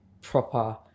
proper